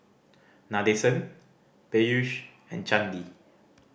Nadesan Peyush and Chandi